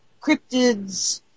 cryptids